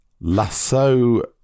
lasso